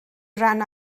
ran